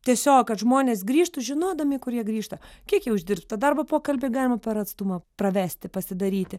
tiesiog kad žmonės grįžtų žinodami kur jie grįžta kiek jie uždirbs tą darbo pokalbį galima per atstumą pravesti pasidaryti